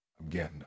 Again